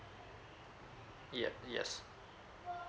yup yes